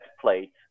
plate